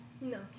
No